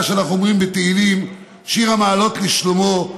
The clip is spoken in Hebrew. שאנחנו אומרים בתהילים: "שיר המעלות לשלמה,